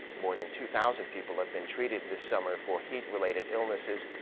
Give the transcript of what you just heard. more than two-thousand people have been treated this summer for heat-related illnesses,